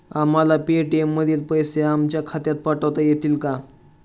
आम्हाला पेटीएम मधील पैसे आमच्या खात्यात पाठवता येतील का?